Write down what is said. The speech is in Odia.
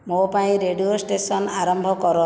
ମୋ ପାଇଁ ରେଡ଼ିଓ ଷ୍ଟେସନ ଆରମ୍ଭ କର